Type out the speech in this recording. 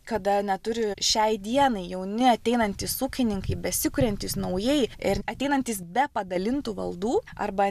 kada neturi šiai dienai jauni ateinantys ūkininkai besikuriantys naujai ir ateinantys be padalintų valdų arba